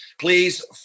please